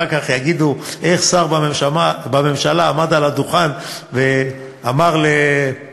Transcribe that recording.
אחר כך יגידו: איך שר בממשלה עמד על הדוכן ואמר לחברו,